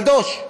קדוש.